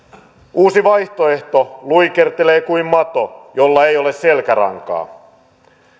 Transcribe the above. uusi vaihtoehto luikertelee kuin mato jolla ei ole selkärankaa